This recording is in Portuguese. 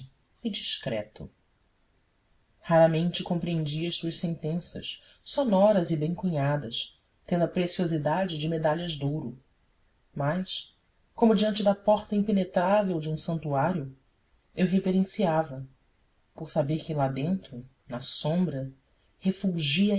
discreto raramente compreendia as suas sentenças sonoras e bem cunhadas tendo a preciosidade de medalhas de ouro mas como diante da porta impenetrável de um santuário eu reverenciava por saber que lá dentro na sombra refulgia